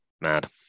Mad